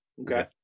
Okay